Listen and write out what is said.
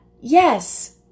yes